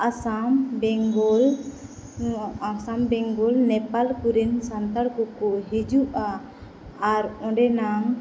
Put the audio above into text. ᱟᱥᱟᱢ ᱵᱮᱝᱜᱚᱞ ᱟᱥᱟᱢ ᱵᱮᱝᱜᱚᱞ ᱱᱮᱯᱟᱞ ᱠᱚᱨᱮᱱ ᱥᱟᱱᱛᱟᱲ ᱠᱚᱠᱚ ᱦᱤᱡᱩᱜᱼᱟ ᱟᱨ ᱚᱸᱰᱮᱱᱟᱜ